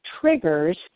triggers